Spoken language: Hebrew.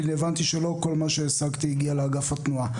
הבנתי שלא כל מה שהשגתי הגיע לאגף התנועה.